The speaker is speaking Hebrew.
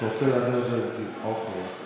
אתה רוצה להעביר את זה לדיון.